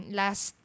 last